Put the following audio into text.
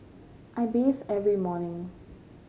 I bathe every morning